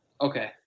Okay